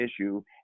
issue